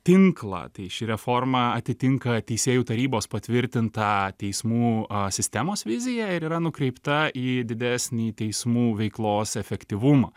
tinklą tai ši reforma atitinka teisėjų tarybos patvirtintą teismų sistemos viziją ir yra nukreipta į didesnį teismų veiklos efektyvumą